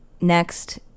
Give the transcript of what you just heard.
Next